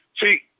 see